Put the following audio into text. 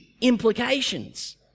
implications